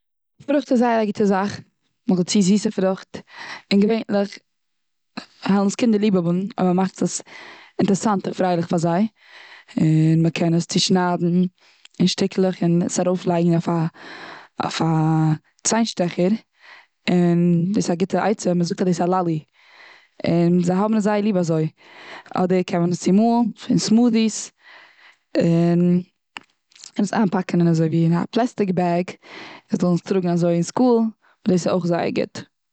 פרוכט איז זייער א גוטע זאך נאכדערצו זיסע פרוכט און געווענליך וועלן עס קינדער ליב האבן אויב מ'מאכט עס אינטערסאנט, און פרייליך פאר זיי. און מ'קען עס צושנייידן און שטיקלעך און עס ארויפלייגן אויף א אויף א ציין שטעכער און דאס א גוטע עצה מ'זאגט אז דאס איז א לאלי, און זיי האבן עס זייער ליב אזוי. אדער קען מען עס צומאלן און סמודיס, און און עס איינפאקן אזוי אין א פלעסטיק בעג און זיי זאלן עס טראגן אזוי אין סקול, און דאס איז אויך זייער גוט.